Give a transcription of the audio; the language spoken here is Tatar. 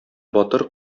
батыр